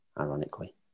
ironically